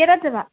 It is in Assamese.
কেইটাত যাবা